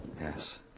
Yes